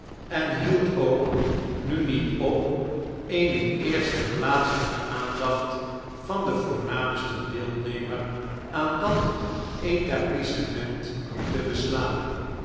en hi eld ook nu niet op eene eerste plaats in de aandacht van den voornaamsten deelhebber aan dat etablissement te beslaan